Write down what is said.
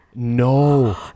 no